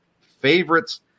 favorites